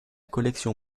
collection